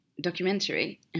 documentary